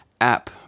app